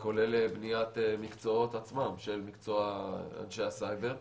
וכולל בניית מקצועות עצמם של מקצוע אנשי הסייבר.